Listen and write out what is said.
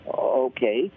okay